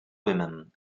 women